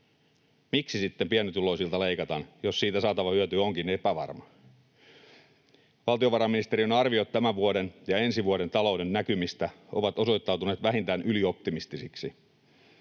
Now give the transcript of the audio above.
Miksi sitten pienituloisilta leikataan, jos siitä saatava hyöty onkin epävarma? Valtiovarainministeriön arviot tämän vuoden ja ensi vuoden talouden näkymistä ovat osoittautuneet vähintään ylioptimistisiksi.